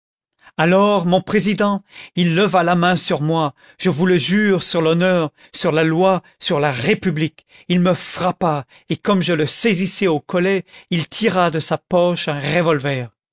alors mon président il leva la main sur moi je vous le jure sur l'honneur sur la loi sur la république il me frappa et comme je le saisissais au collet il tira de sa poche un revolver